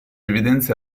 evidenzia